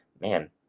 man